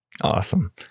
Awesome